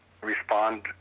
respond